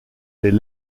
les